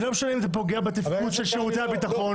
זה לא משנה אם זה פוגע בתפקוד של שירותי הביטחון.